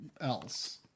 else